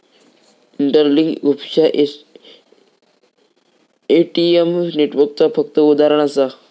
interlink खुपश्या ATM नेटवर्कचा फक्त उदाहरण असा